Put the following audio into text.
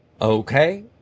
Okay